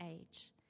age